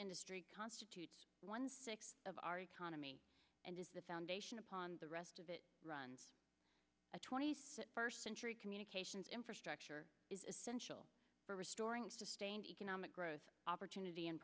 industry constitutes one sixth of our economy and is the foundation upon the rest of it runs a twenty six first century communications infrastructure is essential for restoring sustained economic growth opportunity and